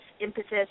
impetus